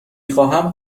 خواهم